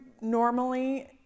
normally